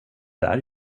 där